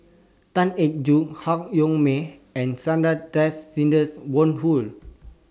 Tan Eng Joo Han Yong May and Sidney Woodhull